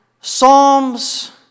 Psalms